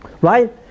Right